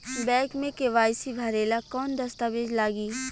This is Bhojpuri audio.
बैक मे के.वाइ.सी भरेला कवन दस्ता वेज लागी?